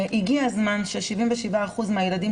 הגיע הזמן ש-77% מהילדים,